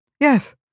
Yes